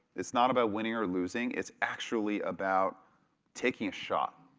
it's not about winning or losing, it's actually about taking a shot.